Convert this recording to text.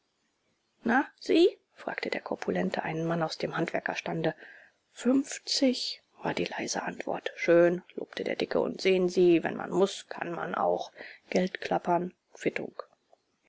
na sie fragte der korpulente einen mann aus dem handwerkerstande fünfzig war die leise antwort schön lobte der dicke und sehen sie wenn man muß kann man auch geldklappern quittung